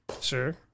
Sure